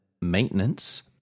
maintenance